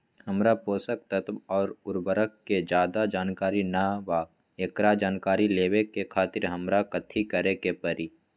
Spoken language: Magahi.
हमरा पोषक तत्व और उर्वरक के ज्यादा जानकारी ना बा एकरा जानकारी लेवे के खातिर हमरा कथी करे के पड़ी?